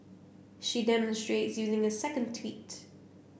she demonstrates using a second tweet